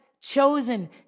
chosen